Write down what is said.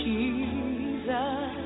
Jesus